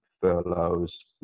furloughs